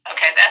Okay